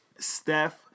Steph